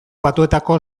batuetako